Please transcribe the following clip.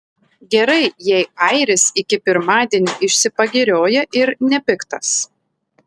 gerai jei airis iki pirmadienio išsipagirioja ir nepiktas